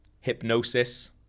hypnosis